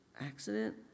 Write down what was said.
accident